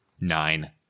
Nine